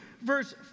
verse